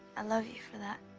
i love you for that.